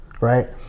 Right